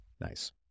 Nice